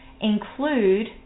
include